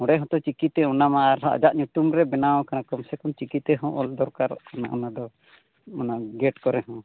ᱚᱸᱰᱮ ᱦᱚᱸᱛᱚ ᱪᱤᱠᱤᱛᱮ ᱚᱱᱟ ᱢᱟ ᱟᱡᱟᱜ ᱧᱩᱛᱩᱢ ᱜᱮ ᱵᱮᱱᱟᱣ ᱠᱟᱱᱟ ᱠᱚᱢ ᱥᱮ ᱠᱚᱢ ᱪᱤᱠᱤ ᱛᱮᱦᱚᱸ ᱚᱞ ᱫᱚᱨᱠᱟᱨᱚᱜ ᱠᱟᱱᱟ ᱚᱱᱟᱫᱚ ᱚᱱᱟ ᱜᱮᱴ ᱠᱚᱨᱮ ᱦᱚᱸ